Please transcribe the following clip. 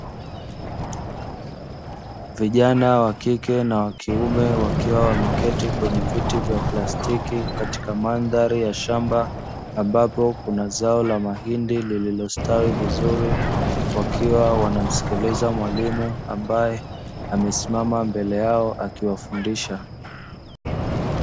Vijana wa kike na wa kiume wakiwa wameketi kwenye viti vya plastiki katika mandhari ya shamba; ambapo kuna zao la mahindi lililostawi vizuri, wakiwa wanamsikiliza mwalimu ambaye amesimama mbele yao akiwafundisha.